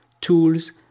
tools